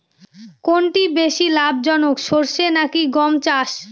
কোনটি বেশি লাভজনক সরষে নাকি গম চাষ?